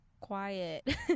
quiet